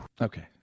okay